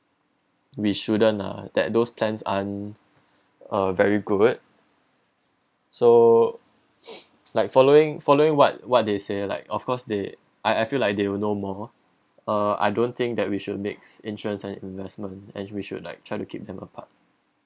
we shouldn't lah that those plans aren't uh very good so like following following what what they say like of course they I I feel like they will know more uh I don't think that we should mix insurance and investment and we should like try to keep them apart